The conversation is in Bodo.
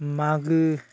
मागो